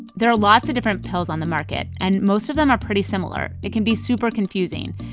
there are lots of different pills on the market, and most of them are pretty similar. it can be super-confusing.